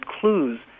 clues